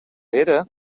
era